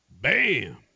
Bam